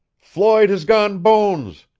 floyd has gone bones!